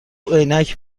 عینک